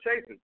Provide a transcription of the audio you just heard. chasing